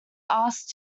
asked